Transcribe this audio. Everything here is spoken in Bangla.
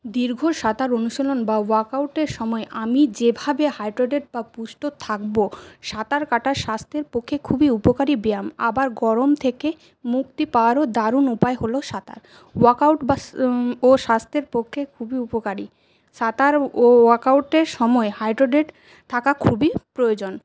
দীর্ঘ সাঁতার অনুশীলন বা ওয়ার্কআউটের সময় আমি যেভাবে হাইড্রেটেড বা পুষ্ট থাকবো সাঁতার কাটা স্বাস্থ্যের পক্ষে খুবই উপকারী ব্যায়াম আবার গরম থেকে মুক্তি পাওয়ারও দারুন উপায় হল সাঁতার ওয়ার্কআউট বা ও স্বাস্থ্যের পক্ষে খুবই উপকারী সাঁতার ও ওয়ার্কআউটের সময় হাইড্রেটেড থাকা খুবই প্রয়োজন